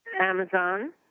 Amazon